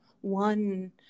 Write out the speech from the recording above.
one